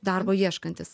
darbo ieškantis